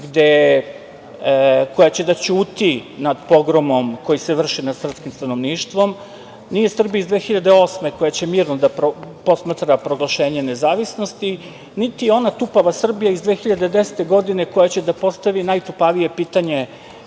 koja će da ćuti nad pogromom koji se vrši nad srpskim stanovništvom, nije Srbija iz 2008. koja će mirno da posmatra proglašenje nezavisnosti, niti je ona tupava Srbija iz 2010. godine koja će da postavi najtupavije pitanje